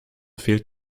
fehlt